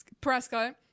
Prescott